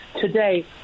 today